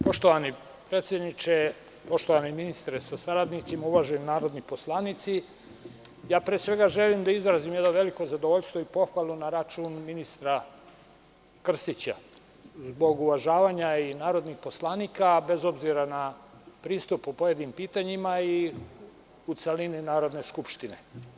Poštovani predsedniče, poštovani ministre sa saradnicima, uvaženi narodni poslanici, pre svega želim da izrazim jedno veliko zadovoljstvo i pohvalu na račun ministra Krstića, zbog uvažavanja narodnih poslanika, bez obzira na pristup po pojedinim pitanjima i u celini Narodne skupštine.